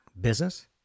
business